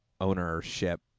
ownership